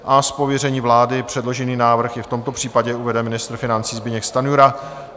Z pověření vlády předložený návrh i v tomto případě uvede ministr financí Zbyněk Stanjura.